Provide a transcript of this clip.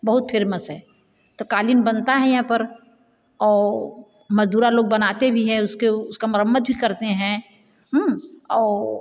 बहुत फेमस है तो क़ालीन बनता है यहाँ पर और मज़दूर लोग बनाते भी है उसके उसकी मरम्मत भी करते हैं और